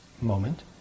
moment